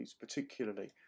particularly